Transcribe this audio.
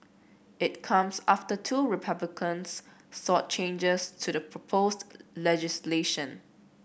it comes after two Republicans sought changes to the proposed legislation